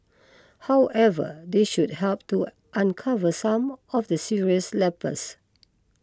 however they should help to uncover some of the serious lapses